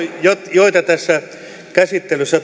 joita tässä käsittelyssä tarvitaan